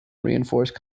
reinforced